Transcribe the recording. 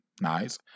nice